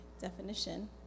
definition